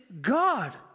God